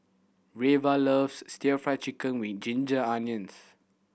Reva loves still Fried Chicken with ginger onions